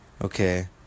Okay